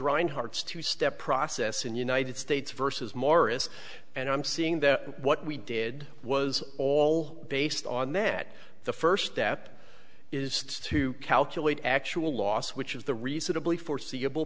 reinhart's two step process in united states versus morris and i'm seeing that what we did was all based on that the first step is to calculate actual loss which is the reasonably foreseeable